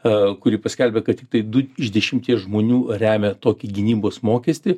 a kuri paskelbė kad tiktai du iš dešimties žmonių remia tokį gynybos mokestį